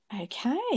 okay